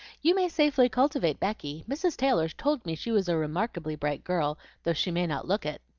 you may safely cultivate becky mrs. taylor told me she was a remarkably bright girl, though she may not look it.